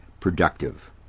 productive